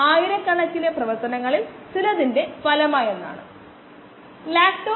23 ഇത് മില്ലിമോളിൽ നൽകിയിരിക്കുന്നു മിനിറ്റിലുള്ള മില്ലിമോൾ